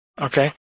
Okay